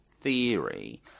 theory